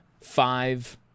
five